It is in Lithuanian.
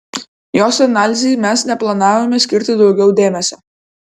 jos analizei mes neplanavome skirti daugiau dėmesio